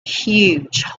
huge